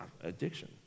Addiction